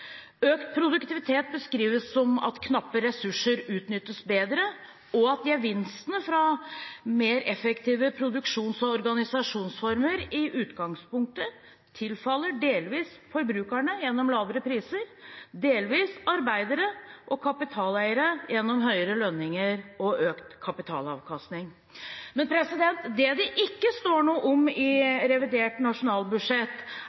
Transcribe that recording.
Økt produktivitet beskrives som at knappe ressurser utnyttes bedre, og at gevinstene fra mer effektive produksjons- og organisasjonsformer i utgangspunktet tilfaller delvis forbrukerne gjennom lavere priser, delvis arbeidere og kapitaleiere gjennom høyere lønninger og økt kapitalavkastning. Men det det ikke står noe om